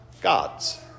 gods